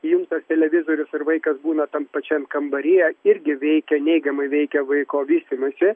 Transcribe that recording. įjungtas televizorius ir vaikas būna tam pačiam kambaryje irgi veikia neigiamai veikia vaiko vystymąsi